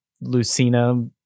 Lucina